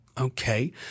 Okay